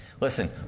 Listen